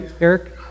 Eric